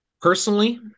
personally